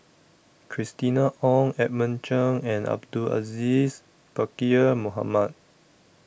Christina Ong Edmund Cheng and Abdul Aziz Pakkeer Mohamed